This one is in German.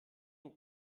den